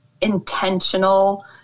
intentional